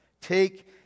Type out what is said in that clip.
Take